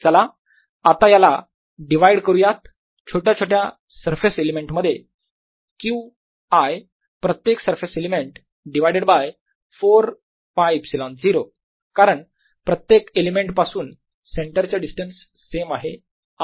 चला आता याला डिवाइड करूयात छोट्या छोट्या सरफेस एलिमेंट मध्ये Q I प्रत्येक सरफेस एलिमेंट डिव्हायडेड बाय 4 πε0 कारण प्रत्येक एलिमेंट पासून सेंटर चे डिस्टन्स सेम आहे r